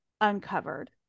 uncovered